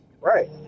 Right